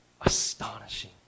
astonishing